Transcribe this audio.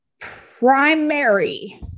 primary